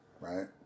right